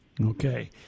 Okay